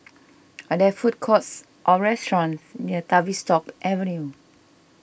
are there food courts or restaurants near Tavistock Avenue